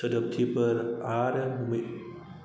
सोदोबथिफोर आरो